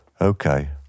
Okay